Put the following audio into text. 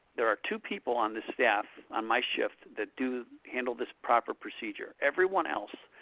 there are two people on the staff, on my shift, that handle this proper procedure. everyone else